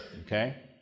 Okay